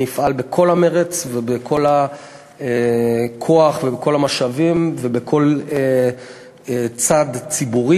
אני אפעל בכל המרץ ובכל הכוח ובכל המשאבים ובכל צד ציבורי